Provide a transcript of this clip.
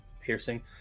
Piercing